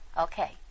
Okay